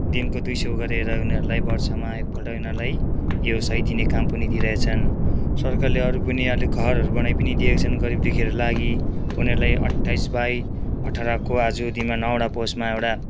दिनको दुई सय गरेर उनीहरूलाई वर्षमा एकपल्ट उनीहरूलाई यो सय दिने काम पनि दिइरहेछन् सरकारले अरू पनि अलिक घरहरू बनाइ पनि दिरएको छन् गरिब दुखीहरूको लागि उनीहरूलाई अठ्ठाइस बाइ अठारको आजको दिनमा नौवटा पोस्टमा एउटा